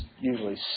usually